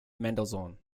mendelssohn